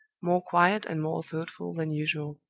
more quiet and more thoughtful than usual.